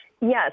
Yes